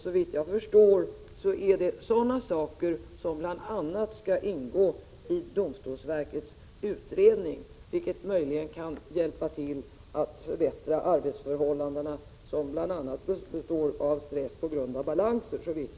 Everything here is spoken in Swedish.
Såvitt jag förstår är det sådana andra saker som bl.a. skall ingå i domstolsverkets utredning, vilket möjligen kan hjälpa till att förbättra arbetsförhållandena. Problemen beror, såvitt jag förstår, bl.a. på stress på grund av ärendebalanser.